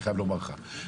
אני חייב לומר לך.